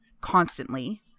constantly